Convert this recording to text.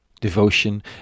devotion